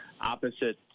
opposite